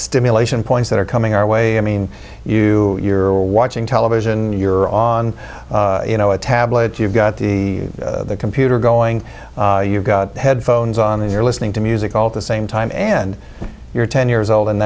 stimulation points that are coming our way i mean you you're watching television you're on you know a tablet you've got the computer going you've got headphones on and you're listening to music all the same time and you're ten years